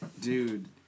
dude